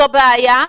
זו בעיה.